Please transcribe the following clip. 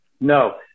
No